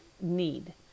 need